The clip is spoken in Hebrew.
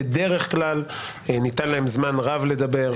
בדרך כלל ניתן להם זמן רב לדבר.